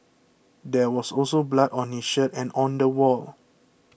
there was also blood on his shirt and on the wall